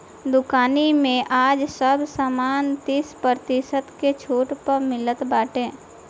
दुकानी में आज सब सामान तीस प्रतिशत के छुट पअ मिलत बाटे